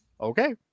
okay